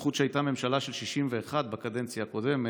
בזכות זה שהייתה ממשלה של 61 בקדנציה הקודמת,